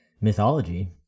mythology